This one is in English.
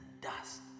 dust